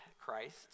Christ